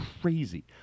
crazy